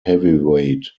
heavyweight